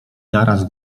naraz